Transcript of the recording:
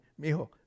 mijo